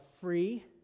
free